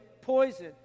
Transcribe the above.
poison